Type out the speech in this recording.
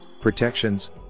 protections